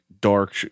dark